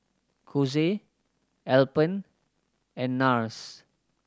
Kose Alpen and Nars